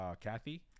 kathy